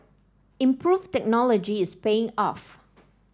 improved technology is paying off